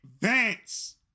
Vance